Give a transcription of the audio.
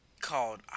called